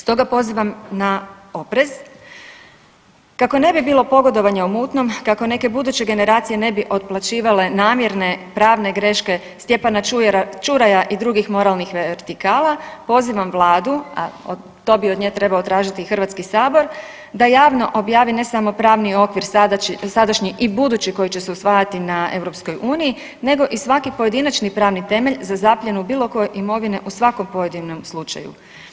Stoga pozivam na oprez kako ne bi bilo pogodovanja u mutnom, kako neke buduće generacije ne bi otplaćivale namjerne pravne greške Stjepana Čuraja i drugih moralnih vertikala pozivam vladu, a to bi od nje trebao tražiti i Hrvatski sabor da javno objavi ne samo pravni okvir sadašnji i budući koji će se usvajati na EU nego i svaki pojedinačni pravni temelj za zapljenu bilo koje imovine u svakom pojedinom slučaju.